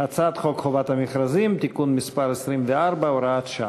הצעת חוק חובת המכרזים (תיקון מס' 24, הוראת שעה).